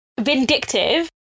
vindictive